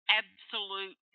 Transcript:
absolute